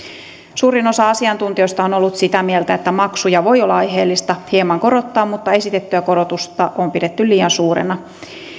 suurin osa asiantuntijoista on ollut sitä mieltä että maksuja voi olla aiheellista hieman korottaa mutta esitettyä korotusta on pidetty liian suurena